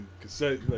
cassette